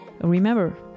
Remember